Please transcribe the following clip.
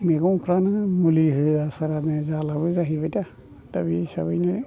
मैगंफ्रानो मुलि होआसारानो जालाबो जाहैबाय दा दा बे हिसाबैनो